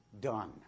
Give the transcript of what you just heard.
done